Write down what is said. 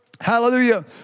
Hallelujah